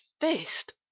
fist